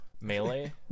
Melee